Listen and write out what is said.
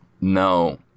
No